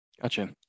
Gotcha